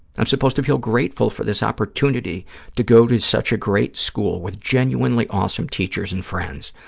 i'm supposed to feel grateful for this opportunity to go to such a great school with genuinely awesome teachers and friends,